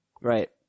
Right